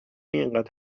اینقدر